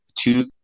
two